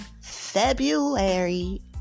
February